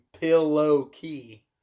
pillow-key